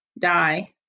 die